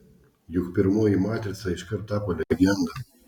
juk pirmoji matrica iškart tapo legenda